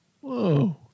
Whoa